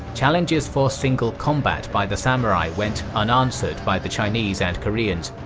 challenges for single combat by the samurai went unanswered by the chinese and koreans,